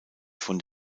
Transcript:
von